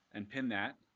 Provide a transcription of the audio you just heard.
and pin that.